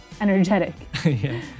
energetic